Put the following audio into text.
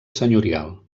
senyorial